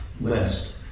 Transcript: list